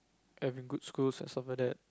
having good schools and stuff like that